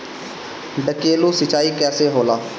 ढकेलु सिंचाई कैसे होला?